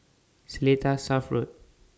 Seletar South Road